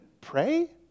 pray